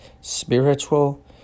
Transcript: spiritual